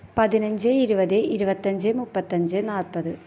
പതിനഞ്ച് ഇരുപത് ഇരുപത്തഞ്ച് മുപ്പത്തഞ്ച് നാൽപ്പത്